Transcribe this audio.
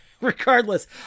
Regardless